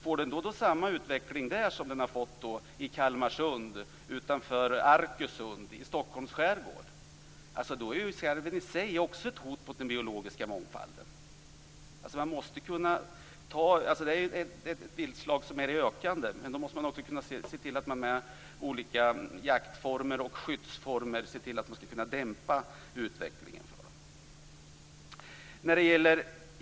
Får den samma utveckling där som den har fått i Kalmarsund, utanför Arkösund och i Stockholms skärgård är skarven i sig också ett hot mot den biologiska mångfalden. Den är ett viltslag som är i ökande, och därför måste man med olika jakt och skyddsformer se till att man dämpar utvecklingen.